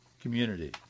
community